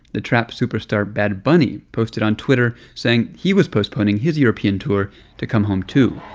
the trap superstar bad bunny posted on twitter saying he was postponing his european tour to come home, too.